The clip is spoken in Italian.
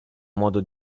modo